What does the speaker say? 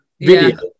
video